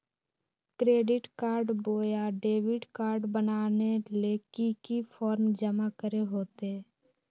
Credit card बोया debit card बनाने ले की की फॉर्म जमा करे होते?